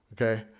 Okay